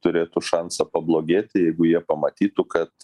turėtų šansą pablogėti jeigu jie pamatytų kad